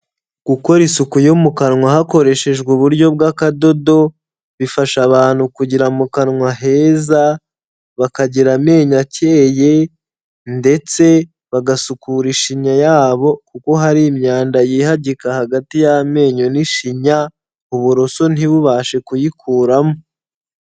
Gukora isuku yo mu kanwa hakoreshejwe uburyo bw'akadodo, bifasha abantu kugira mu kanwa heza bakagira amenyo akeye, ndetse bagasukura ishinya yabo kuko hari imyanda yihagika hagati y'amenyo n'ishinya, uburoso ntibubashe kuyikuramo.